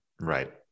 Right